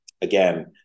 again